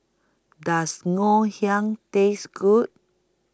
Does Ngoh Hiang Taste Good